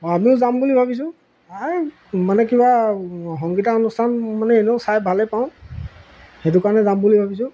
অঁ আমিও যাম বুলি ভাবিছোঁ মানে কিবা সংগীতানুষ্ঠান মানে এনেও চাই ভালেই পাওঁ সেইটো কাৰণে যাম বুলি ভাবিছোঁ